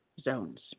zones